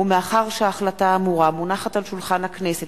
מאחר שההחלטה האמורה מונחת על שולחן הכנסת